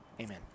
Amen